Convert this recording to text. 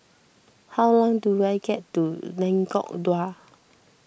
how long do I get to Lengkok Dua